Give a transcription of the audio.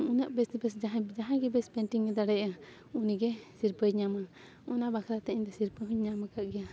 ᱩᱱᱟᱹᱜ ᱵᱮᱥ ᱵᱮᱥ ᱡᱟᱦᱟᱸᱭ ᱡᱟᱦᱟᱸᱭ ᱜᱮ ᱵᱮᱥ ᱯᱮᱱᱴᱤᱝ ᱫᱟᱲᱮᱭᱟᱜᱼᱟ ᱩᱱᱤᱜᱮ ᱥᱤᱨᱯᱟᱹᱭ ᱧᱟᱢᱟ ᱚᱱᱟ ᱵᱟᱠᱷᱨᱟᱛᱮ ᱤᱧ ᱫᱚ ᱥᱤᱨᱯᱟᱹ ᱦᱚᱧ ᱧᱟᱢ ᱟᱠᱟᱫ ᱜᱮᱭᱟ